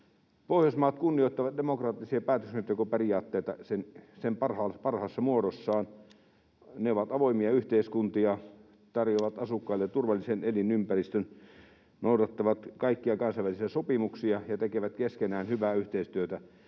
Pohjoismaat kunnioittavat demokraattisia päätöksentekoperiaatteita niiden parhaassa muodossaan. Ne ovat avoimia yhteiskuntia, tarjoavat asukkailleen turvallisen elinympäristön, noudattavat kaikkia kansainvälisiä sopimuksia ja tekevät keskenään hyvää yhteistyötä.